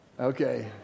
Okay